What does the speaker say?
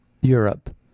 Europe